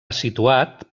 situat